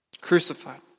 crucified